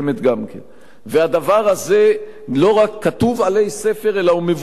והדבר הזה לא רק כתוב עלי ספר אלא הוא מבוצע הלכה למעשה.